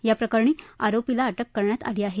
याप्रकरणी आरोपीला अटक करण्यात आली आहे